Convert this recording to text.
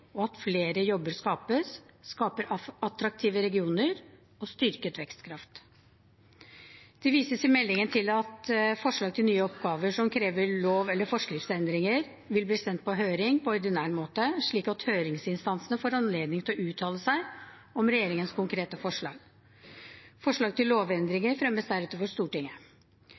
og at flere jobber skapes, skaper attraktive regioner og styrket vekstkraft. Det vises i meldingen til at forslag til nye oppgaver som krever lov- eller forskriftsendringer, vil bli sendt på høring på ordinær måte, slik at høringsinstansene får anledning til å uttale seg om regjeringens konkrete forslag. Forslag til lovendringer fremmes deretter for Stortinget.